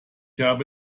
habe